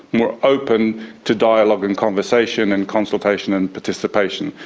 more open to dialogue and conversation and consolation and participation.